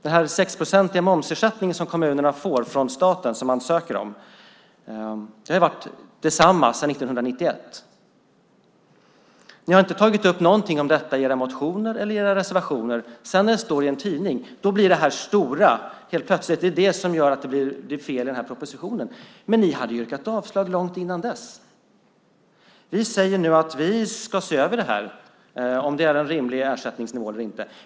Den 6-procentiga momsersättning som de kommuner som söker får från staten har varit samma sedan 1991. Ni har inte tagit upp någonting om detta i era motioner eller i era reservationer. När det sedan står i en tidning är det helt plötsligt det som gör att det blir fel i den här propositionen. Men ni hade yrkat avslag långt innan dess. Vi säger nu att vi ska se över om det är en rimlig ersättningsnivå eller inte.